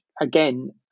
again